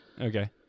okay